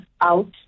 out